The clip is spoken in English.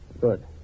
Good